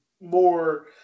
more